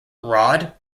rod